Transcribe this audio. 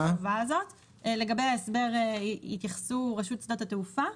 לגבי ההסבר יתייחסו רשות שדות התעופה.